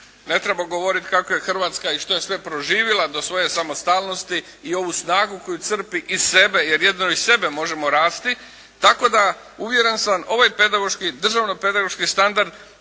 Ne treba govoriti kako je Hrvatska i što je sve proživjela do svoje samostalnosti i ovu snagu koju crpi iz sebe jer jedino iz sebe možemo rasti, tako da uvjeren sam ovaj Državno pedagoški standard